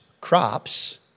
crops